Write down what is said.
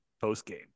post-game